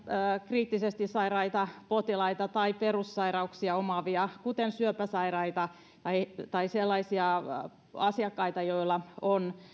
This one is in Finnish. kriittisesti sairaita potilaita tai perussairauksia omaavia kuten syöpäsairaita tai tai sellaisia asiakkaita joilla on